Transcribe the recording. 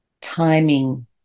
timing